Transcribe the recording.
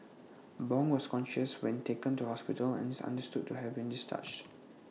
Bong was conscious when taken to hospital and is understood to have been discharged